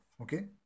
Okay